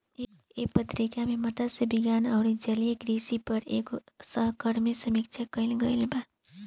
एह पत्रिका में मतस्य विज्ञान अउरी जलीय कृषि पर एगो सहकर्मी समीक्षा कईल गईल बा